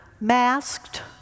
masked